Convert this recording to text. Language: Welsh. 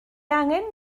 angen